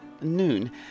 Noon